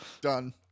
Done